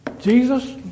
Jesus